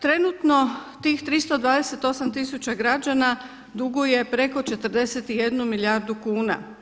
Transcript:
Trenutno tih 328 tisuća građana duguje preko 41 milijardu kuna.